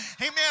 amen